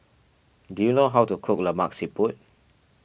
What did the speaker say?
do you know how to cook Lemak Siput